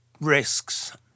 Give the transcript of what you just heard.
risks